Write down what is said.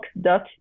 dot